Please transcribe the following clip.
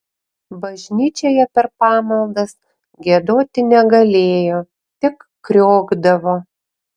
bažnyčioje per pamaldas giedoti negalėjo tik kriokdavo